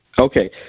Okay